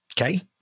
Okay